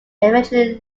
eventually